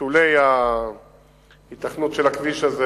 בשולי ההיתכנות של הכביש הזה.